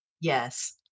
Yes